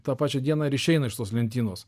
tą pačią dieną ir išeina iš tos lentynos